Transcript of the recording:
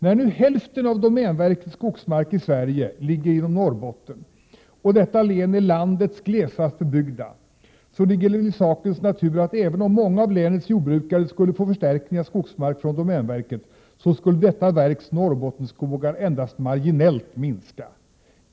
När nu hälften av domänverkets skogsmark finns inom Norrbotten, och detta län är landets glesast bebyggda, så ligger det i sakens natur att även om många av länets jordbrukare skulle få förstärkning av skogsmark från domänverket, skulle detta verks Norrbottensskogar endast minska marginellt.